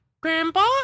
Grandpa